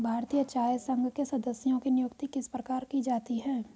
भारतीय चाय संघ के सदस्यों की नियुक्ति किस प्रकार की जाती है?